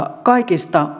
kaikista